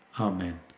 Amen